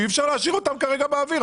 אי-אפשר להשאיר אותם כרגע באוויר.